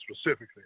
specifically